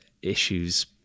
Issues